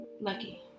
lucky